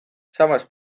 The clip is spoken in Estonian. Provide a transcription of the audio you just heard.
samas